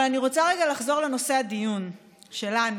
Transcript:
אבל אני רוצה רגע לחזור לנושא הדיון שלנו,